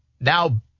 now